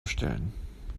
stellen